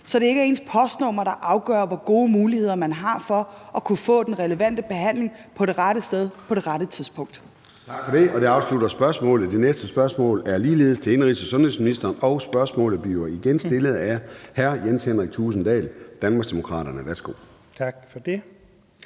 så det ikke er ens postnummer, der afgør, hvor gode muligheder man har for at kunne få den relevante behandling på det rette sted og på det rette tidspunkt. Kl. 13:08 Formanden (Søren Gade): Tak for det. Og det afslutter spørgsmålet. Det næste spørgsmål er ligeledes til indenrigs- og sundhedsministeren, og spørgsmålet bliver igen stillet af hr. Jens Henrik Thulesen Dahl, Danmarksdemokraterne. Kl. 13:08 Spm.